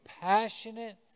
passionate